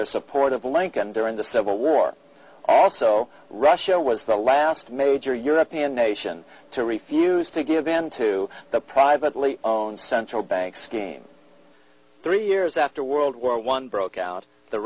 of lincoln during the civil war also russia was the last major european nation to refuse to give in to the privately own central bank scheme three years after world war one broke out the